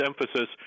emphasis